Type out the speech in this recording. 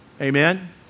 Amen